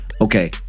Okay